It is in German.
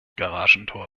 garagentor